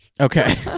Okay